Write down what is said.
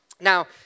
Now